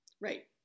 Right